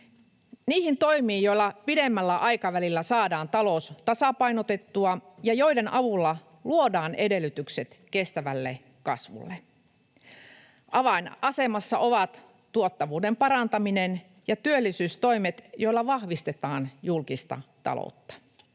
niihin toimiin, joilla pidemmällä aikavälillä saadaan talous tasapainotettua ja joiden avulla luodaan edellytykset kestävälle kasvulle. Avainasemassa ovat tuottavuuden parantaminen ja työllisyystoimet, joilla vahvistetaan julkista taloutta.